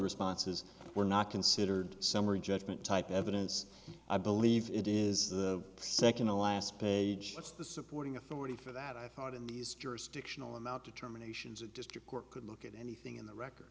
responses were not considered summary judgment type evidence i believe it is the second to last page that's the supporting authority for that i thought in these jurisdictional amount determinations the district court could look at anything in the record